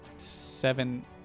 seven